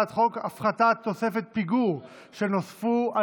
הצעת חוק הפחתת תוספות פיגור שנוספו על